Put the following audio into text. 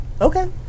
Okay